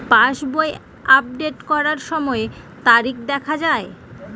পাসবই update করার সময়ে তারিখ দেখা য়ায়?